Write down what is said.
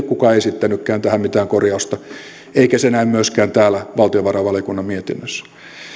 kukaan esittänytkään tähän mitään korjausta eikä se näy myöskään täällä valtiovarainvaliokunnan mietinnössä